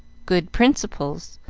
good principles,